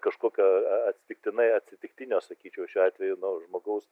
kažkokio atsitiktinai atsitiktinio sakyčiau šiuo atveju žmogaus